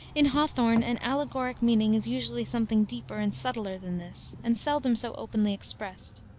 in hawthorne an allegoric meaning is usually something deeper and subtler than this, and seldom so openly expressed.